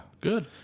Good